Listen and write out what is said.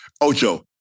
Ocho